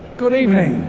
good evening,